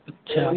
अच्छा